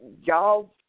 Y'all